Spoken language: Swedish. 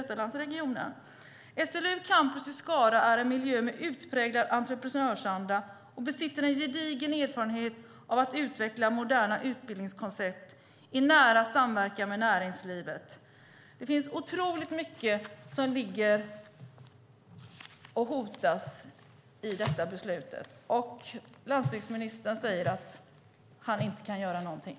Man fortsätter: SLU Campus Skara är en miljö med en utpräglad entreprenörsanda och besitter en gedigen erfarenhet av att utveckla moderna utbildningskoncept i nära samverkan med näringslivet. Det finns otroligt mycket som hotas genom detta beslut, och landsbygdsministern säger att han inte kan göra någonting.